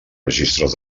registres